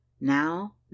Now